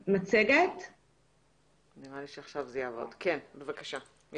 ומצד שני זה לא כל כך טוב מבחינה ממשקית.